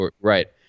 Right